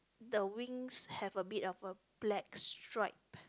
the wings have a bit of a black stripe